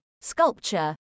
sculpture